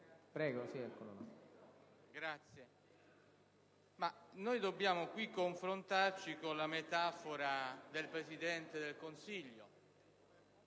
dobbiamo confrontarci con la nota metafora del Presidente del Consiglio